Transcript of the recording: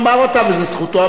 וזו זכותו המלאה.